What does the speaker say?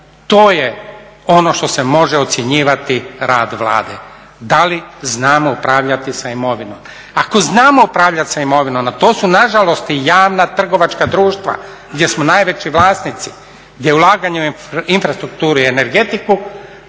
to je ono što se može ocjenjivati rad Vlade da li znamo upravljati sa imovinom. Ako znamo upravljati sa imovinom to su na žalost i javna trgovačka društva gdje smo najveći vlasnici, gdje ulaganje u infrastrukturu i energetiku